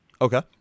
Okay